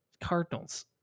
Cardinals